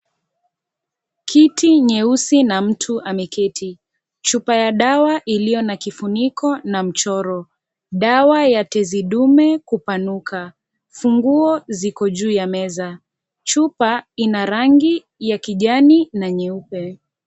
Kiti nyeusi na mtu ameketi, chupa ya dawa iliyo na kifuniko na mchoro, dawa ya tezidume kupanuka, funguo ziko juu ya meza, chupa ina rangi ya kijani na nyeupe.